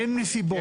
אין נסיבות,